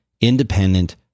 independent